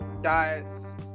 diets